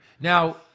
Now